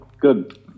good